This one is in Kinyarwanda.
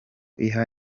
iha